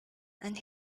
and